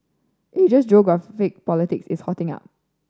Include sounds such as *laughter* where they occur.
Asia's *unintelligible* is hotting up